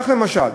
כך, למשל,